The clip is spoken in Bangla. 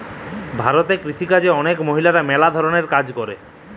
ভারতেল্লে কিসিকাজে অলেক মহিলারা ম্যালা ধরলের কাজ ক্যরে